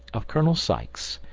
of colonel sykes,